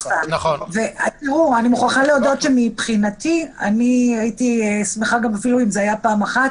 אני מוכרחה להודות מבחינתי שהייתי שמחה אפילו אם זה היה פעם אחת.